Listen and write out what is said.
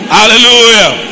Hallelujah